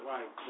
Right